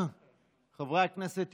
חברי הכנסת,